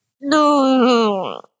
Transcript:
No